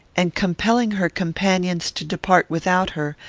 and, compelling her companions to depart without her,